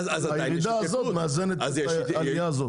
הירידה מאזנת את העלייה הזאת.